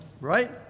right